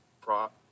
prop